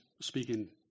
speaking